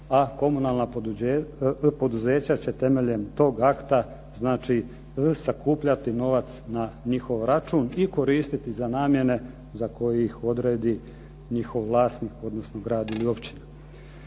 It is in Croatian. a komunalna poduzeća će temeljem tog akta znači sakupljati novac na njihov račun i koristiti za namjene za koje ih odredi njihov vlasnik odnosno grad ili općina.